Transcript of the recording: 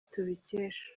tubikesha